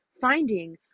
finding